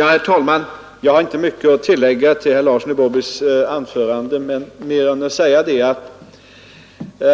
Herr talman! Jag har inte mycket att tillägga till herr Larssons i Borrby anförande mer än att orsaken till